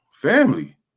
Family